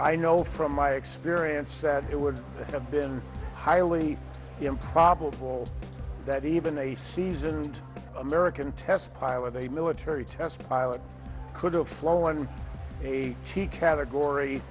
i know from my experience that it would have been highly improbable that even a seasoned american test pilot a military test pilot could have flown one eighty category